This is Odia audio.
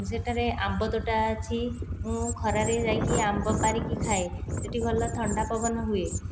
ସେଠାରେ ଆମ୍ବ ତୋଟା ଅଛି ମୁଁ ଖରାରେ ଯାଇକି ଆମ୍ବ ପାରିକି ଖାଏ ସେଠି ଭଲ ଥଣ୍ଡା ପବନ ହୁଏ